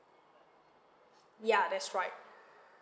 ya that's right